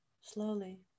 slowly